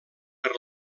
per